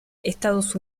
estados